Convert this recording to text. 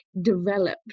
developed